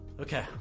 Okay